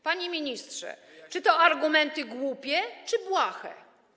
Panie ministrze, czy to są argumenty głupie, czy błahe?